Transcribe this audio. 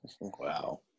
Wow